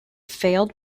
failed